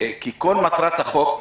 כי כל מטרת החוק,